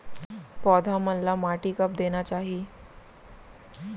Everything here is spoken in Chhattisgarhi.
पौधा मन ला माटी कब देना चाही?